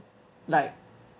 like